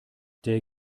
der